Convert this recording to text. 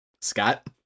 Scott